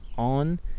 on